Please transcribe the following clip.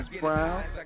Brown